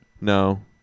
No